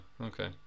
okay